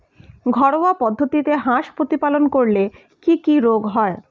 ঘরোয়া পদ্ধতিতে হাঁস প্রতিপালন করলে কি কি রোগ হয়?